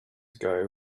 ago